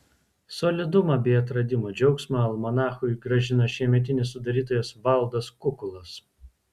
solidumą bei atradimo džiaugsmą almanachui grąžino šiemetinis sudarytojas valdas kukulas